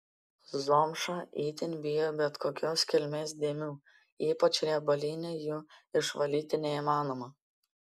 zomša itin bijo bet kokios kilmės dėmių ypač riebalinių jų išvalyti neįmanoma